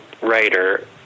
writer